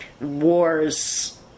Wars